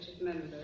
members